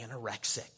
anorexic